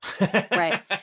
Right